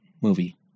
movie